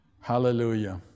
Hallelujah